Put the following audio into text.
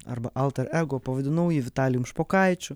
arba alter ego pavadinau jį vitalijum špokaičiu